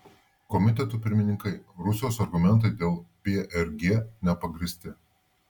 komitetų pirmininkai rusijos argumentai dėl prg nepagrįsti